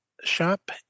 shop